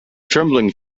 trembling